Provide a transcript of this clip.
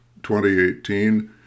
2018